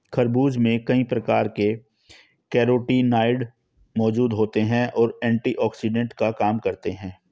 खरबूज में कई प्रकार के कैरोटीनॉयड मौजूद होते और एंटीऑक्सिडेंट का काम करते हैं